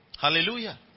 Hallelujah